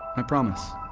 i promise.